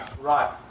Right